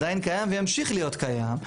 עדיין קיים וימשיך להיות קיים.